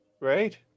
right